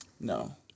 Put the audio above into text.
No